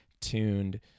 tuned